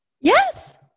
Yes